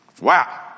Wow